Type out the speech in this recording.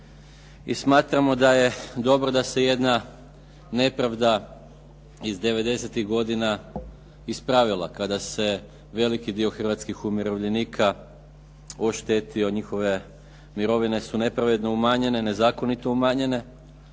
i smatramo da je dobro da se jedna nepravda iz '90.-tih godina ispravila kada se veliki dio hrvatskih umirovljenika oštetio. Njihove mirovine su nepravedno umanjene, nezakonito umanjene